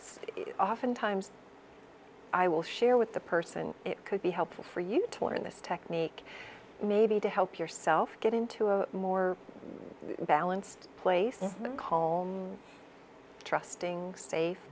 oftentimes i will share with the person it could be helpful for you to learn this technique maybe to help yourself get into a more what balances placement home trusting safe